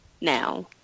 now